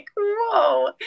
whoa